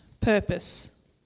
purpose